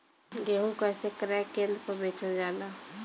गेहू कैसे क्रय केन्द्र पर बेचल जाला?